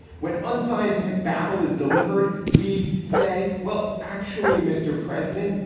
when unscientific babble is delivered, we say, well, actually, mr president,